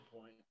point